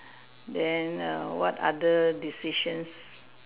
then err what other decisions